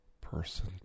person